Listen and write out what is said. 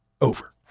over